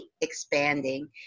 expanding